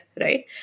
right